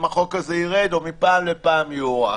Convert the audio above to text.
אם החוק הזה ירד או שמפעם לפעם יוארך.